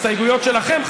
הסתייגויות שלכם,